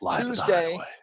Tuesday